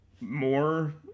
more